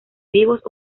vivos